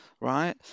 right